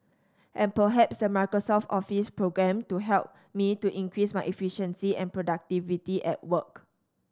and perhaps the Microsoft Office programme to help me to increase my efficiency and productivity at work